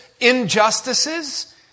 injustices